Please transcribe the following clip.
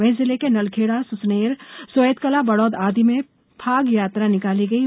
वहीं जिले के नलखेडा सुसनेर सोएतकला बड़ौद आदि मे फाग यात्रा निकाली गयी